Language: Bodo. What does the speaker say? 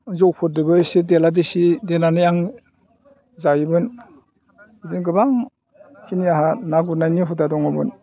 जौफोरजोंबो एसे देला देसि देनानै आं जायोमोन बिदिनो गोबांखिनि आंहा ना बोननायनि हुदा दङमोन